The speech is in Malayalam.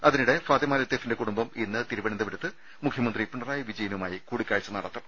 അതിനി ടെ ഫാത്തിമ ലത്തീഫിന്റെ കുടുംബം ഇന്ന് തിരുവനന്തപുരത്ത് മുഖ്യമന്ത്രി പിണറായി വിജയനുമായി കൂടിക്കാഴ്ച നടത്തും